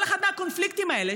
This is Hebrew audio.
כל אחד מהקונפליקטים האלה,